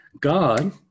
God